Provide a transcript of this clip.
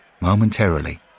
Momentarily